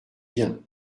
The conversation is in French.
bien